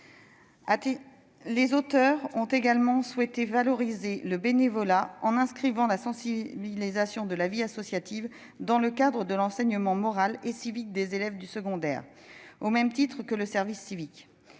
de loi ont également souhaité valoriser le bénévolat en inscrivant la sensibilisation à la vie associative dans le cadre de l'enseignement moral et civique des élèves du secondaire, au même titre que le service civique.